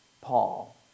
paul